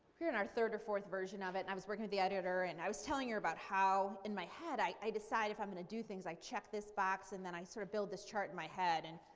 we were in our third or fourth version of it, and i was working with the editor, and i was telling her about how in my head i i decide if i'm going to do things i check this box and then i sort of build this chart in my head. and